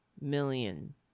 million